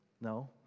no